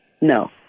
No